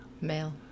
Male